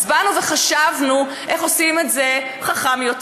אז באנו וחשבנו איך עושים את זה חכם יותר.